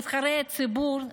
נבחרי הציבור,